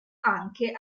anche